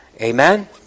Amen